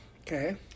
Okay